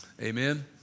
amen